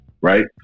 Right